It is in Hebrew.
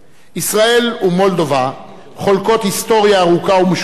ישראל ומולדובה חולקות היסטוריה ארוכה ומשותפת,